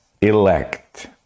elect